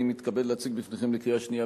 אני מתכבד להציג בפניכם לקריאה שנייה